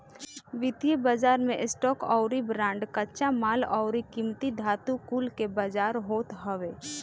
वित्तीय बाजार मे स्टॉक अउरी बांड, कच्चा माल अउरी कीमती धातु कुल के बाजार होत हवे